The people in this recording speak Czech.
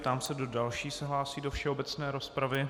Ptám se, kdo další se hlásí do všeobecné rozpravy.